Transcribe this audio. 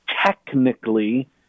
technically